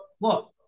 look